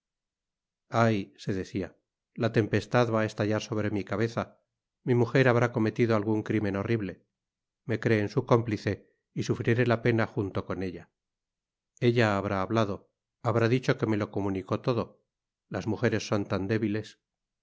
ay se decia la tempestad va á estallar sobre mi cabeza mi mujer habrá cometido algun crimen horrible me creen su cómplice y sufriré la pena junto con ella ella habrá hablado habrá dicho que me lo comunicó todo las mujeres son tan débiles